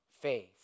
faith